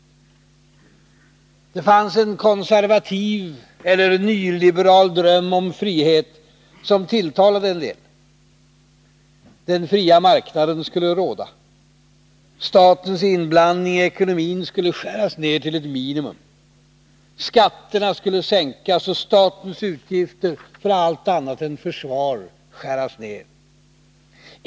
Det fanns en konservativ eller nyliberal dröm om frihet som tilltalade en del. Den fria marknaden skulle råda. Statens inblandning i ekonomin skulle skäras ner till ett minimum. Skatterna skulle sänkas och statens utgifter för allt annat än försvar skäras ner.